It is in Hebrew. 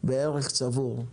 בערך צבור.